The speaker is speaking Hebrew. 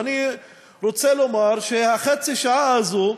ואני רוצה לומר שחצי השעה הזאת,